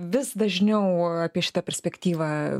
vis dažniau apie šitą perspektyvą